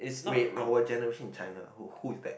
wait our generation in China who who is that